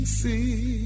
see